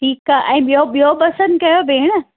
ठीकु आहे ऐं ॿियो ॿियो पसंदि कयो भेण